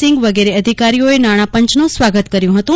સીંગ વગેરે અધિકારીઓએ નાણાપંચનું સ્વાગત કર્યું હતું